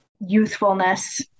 youthfulness